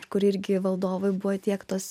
kur irgi valdovui buvo tiektos